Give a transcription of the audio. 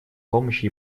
помощи